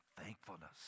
thankfulness